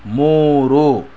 ಮೂರು